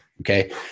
okay